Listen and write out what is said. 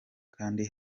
kandi